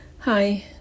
Hi